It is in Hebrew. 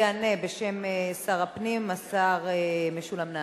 יענה בשם שר הפנים, השר משולם נהרי.